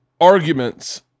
arguments